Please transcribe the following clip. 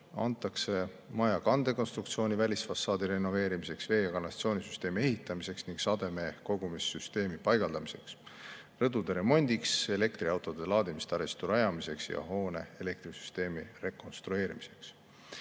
antakse maja kandekonstruktsiooni ja välisfassaadi renoveerimiseks, vee‑ ja kanalisatsioonisüsteemi ehitamiseks ning sademevee kogumise süsteemi paigaldamiseks, rõdude remondiks, elektriautode laadimise taristu rajamiseks ja hoone elektrisüsteemi rekonstrueerimiseks.